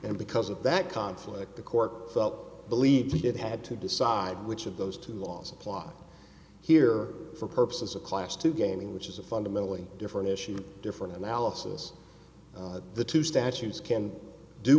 and because of that conflict the court felt bullied to get had to decide which of those two laws apply here for purposes of class two gaming which is a fundamentally different issue different analysis of the two statues can do